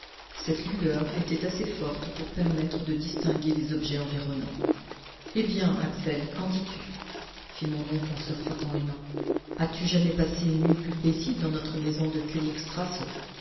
cette lueur était assez forte pour permettre de distinguer les objets environnants eh bien axel qu'en dis-tu fit mon oncle en se frottant les mains as-tu jamais passé une nuit plus paisible dans notre maison de